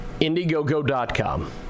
Indiegogo.com